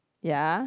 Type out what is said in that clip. ya